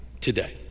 today